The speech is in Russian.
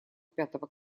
пятого